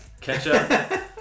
Ketchup